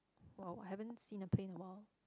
!wow! haven't see a play in a while